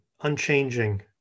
unchanging